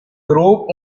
grob